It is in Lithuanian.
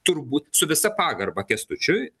turbūt su visa pagarba kęstučiui